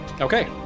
Okay